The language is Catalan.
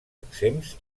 exempts